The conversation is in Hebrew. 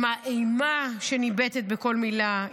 עם האימה שניבטת בכל מילה,